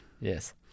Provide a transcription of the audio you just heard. yes